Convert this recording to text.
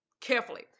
carefully